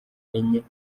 enye